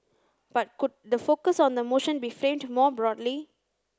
but could the focus on the motion be framed more broadly